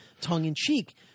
tongue-in-cheek